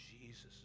jesus